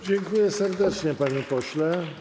Dziękuję serdecznie, panie pośle.